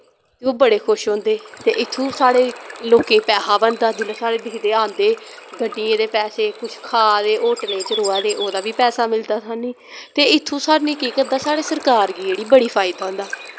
ते ओह् बड़े खुश होंदे ते इत्थु साढ़े लोकें पैसा बनदा जुल्लै साढ़े दिखदे आंदे गड्डियें दे पैसे कुश खा दे होटलें च रोआ दे ओह्दा बी पैसा मिलदा साह्नी ते इत्थु साह्नी केह् करदा साढ़ी सरकार गी जेह्ड़ी बड़ा फायदा होंदा